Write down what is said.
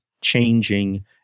changing